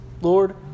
Lord